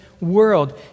world